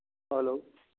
hello